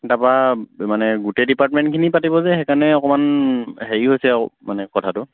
তাৰপৰা মানে গোটেই ডিপাৰ্টমেণ্টখিনি পাতিব যে সেইকাৰণে অকণমান হেৰি হৈছে আৰু মানে কথাটো